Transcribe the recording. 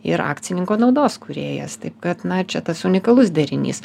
ir akcininko naudos kūrėjas taip kad na čia tas unikalus derinys